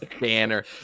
Banner